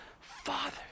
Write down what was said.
Father